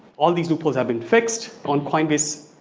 all these loopholes have been fixed on coinbase.